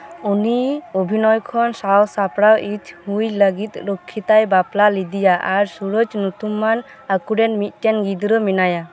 ᱩᱱᱤ ᱚᱵᱷᱤᱱᱚᱭ ᱠᱷᱚᱱ ᱥᱟᱡᱽ ᱥᱟᱯᱲᱟᱣᱤᱡ ᱦᱩᱭ ᱞᱟᱹᱜᱤᱫ ᱨᱚᱠᱷᱤᱛᱟᱭ ᱵᱟᱯᱞᱞᱟ ᱞᱮᱫᱮᱭᱟ ᱟᱨ ᱥᱩᱨᱚᱡ ᱧᱩᱛᱩᱢᱟᱱ ᱟᱠᱚᱨᱮᱱ ᱢᱤᱫᱴᱟᱝ ᱜᱤᱫᱽᱨᱟᱹ ᱢᱮᱱᱟᱭᱟ